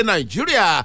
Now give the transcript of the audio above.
Nigeria